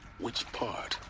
which part?